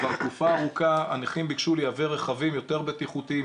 כבר תקופה ארוכה הנכים ביקשו לייבא רכבים יותר בטיחותיים,